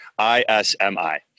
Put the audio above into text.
ISMI